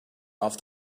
off